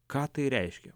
ką tai reiškia